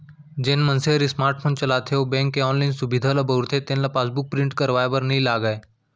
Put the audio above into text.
जेन मनसे हर स्मार्ट फोन चलाथे अउ बेंक के ऑनलाइन सुभीता ल बउरथे तेन ल पासबुक प्रिंट करवाए बर नइ लागय